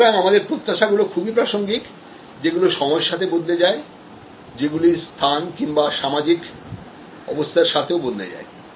সুতরাং আমাদের প্রত্যাশা গুলো খুবই প্রাসঙ্গিক সেগুলি সময়ের সাথে বদলে যায় সেগুলি স্থান কিংবা সামাজিক অবস্থার সাথে বদলে যায়